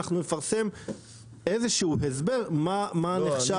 אנחנו נפרסם איזשהו הסבר מה נחשב.